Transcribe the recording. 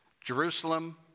Jerusalem